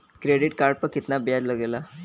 Credit card पर कितना ब्याज लगेला?